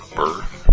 birth